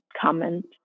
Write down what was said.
comment